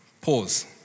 Pause